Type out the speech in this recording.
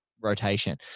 rotation